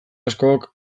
askok